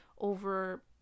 over